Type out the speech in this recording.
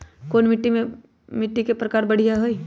कोन मिट्टी के प्रकार बढ़िया हई?